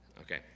okay